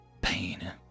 pain